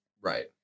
Right